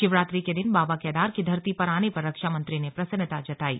शिवरात्रि के दिन बाबा केदार की धरती पर आने पर रक्षा मंत्री ने प्रसन्नता जतायी